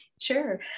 sure